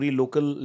local